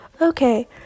Okay